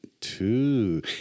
two